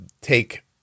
take